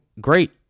great